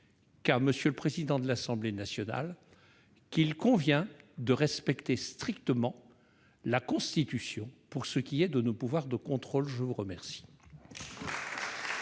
à M. le président de l'Assemblée nationale qu'il convient de respecter strictement la Constitution pour ce qui est de nos pouvoirs de contrôle. Acte vous est